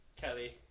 Kelly